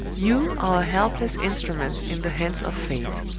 you are a helpless instrument in the hands of fate.